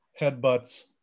headbutts